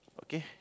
okay